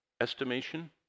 estimation